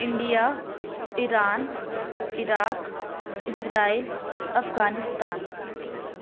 India Iran Iraq Israel Afghanistan